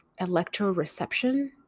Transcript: electroreception